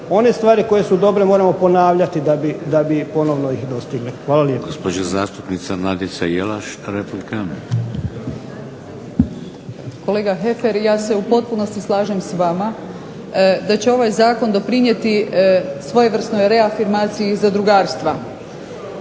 one stvari koje su dobre moramo ponavljati da bi ih ponovno ih dostigli. Hvala lijepo.